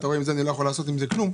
אני לא יכול לעשות עם זה כלום,